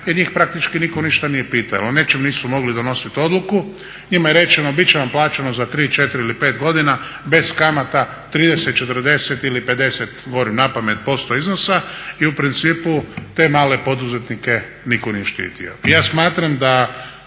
jer njih praktički nitko ništa nije pitao. O ničem nisu mogli donosit odluku. Njima je rečeno bit će vam plaćeno za tri, četiri ili pet godina bez kamata 30, 40 ili 50, govorim napamet posto iznosa i u principu te male poduzetnike nitko nije štitio.